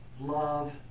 love